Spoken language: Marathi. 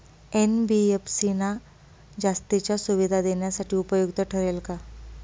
एन.बी.एफ.सी ना जास्तीच्या सुविधा देण्यासाठी उपयुक्त ठरेल का?